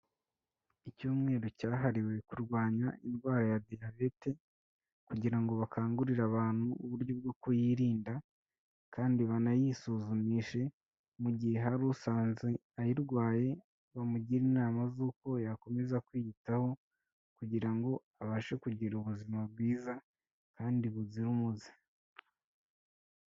Icyumweru cyahariwe kurwanya indwara ya diyabete kugira ngo bakangurire abantu uburyo bwo kuyirinda, kandi banayisuzumishe, mu gihe hari usanze ayirwaye bamugire inama z'uko yakomeza kwiyitaho, kugira ngo abashe kugira ubuzima bwiza kandi buzira umuze.